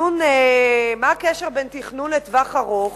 מה הקשר בין תכנון לטווח ארוך